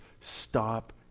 stop